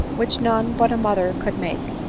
which none but a mother could make,